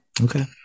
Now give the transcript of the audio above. Okay